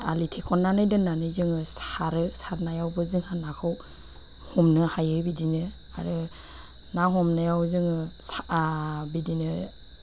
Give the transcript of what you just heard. आलि थेखननानै दोननानै जोङो सारो सारनायावबो जोंहा नाखौ हमनो हायो बिदिनो आरो ना हमनायाव जोङो बिदिनो